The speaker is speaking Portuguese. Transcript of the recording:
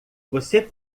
você